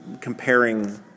comparing